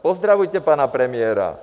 Pozdravujte pana premiéra.